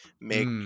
make